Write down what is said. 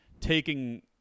taking